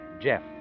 Jeff